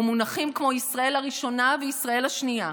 ומונחים כמו "ישראל הראשונה" ו"ישראל השנייה".